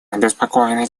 обеспокоены